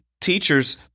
teachers